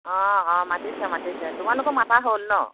অঁ অঁ মাতিছে মাতিছে তোমালোকক মতা হ'ল ন